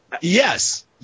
Yes